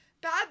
Bad